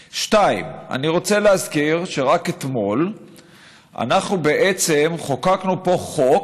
2. אני רוצה להזכיר שרק אתמול אנחנו חוקקנו פה חוק